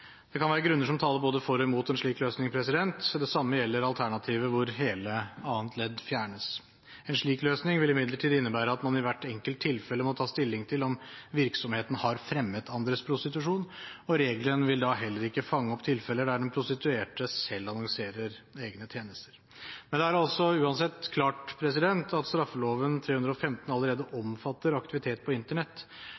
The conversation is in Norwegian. Det kan være grunner som taler både for og imot en slik løsning. Det samme gjelder alternativet hvor hele annet ledd fjernes. En slik løsning vil imidlertid innebære at man i hvert enkelt tilfelle må ta stilling til om virksomheten har fremmet andres prostitusjon, og regelen vil da heller ikke fange opp tilfeller der den prostituerte selv annonserer egne tjenester. Det er uansett klart at straffeloven § 315 allerede